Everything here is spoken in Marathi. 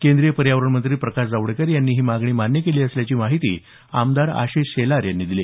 केंद्रीय पर्यावरण मंत्री प्रकाश जावडेकर यांनी ही मागणी मान्य केली असल्याची माहिती आमदार आशिष शेलार यांनी दिली